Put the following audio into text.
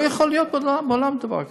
לא יכול להיות בעולם דבר כזה.